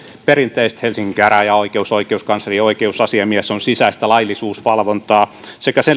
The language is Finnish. perinteiset helsingin käräjäoikeus oikeuskansleri oikeusasiamies on sisäistä laillisuusvalvontaa sekä sen